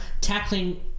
Tackling